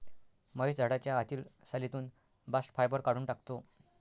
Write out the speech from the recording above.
महेश झाडाच्या आतील सालीतून बास्ट फायबर काढून टाकतो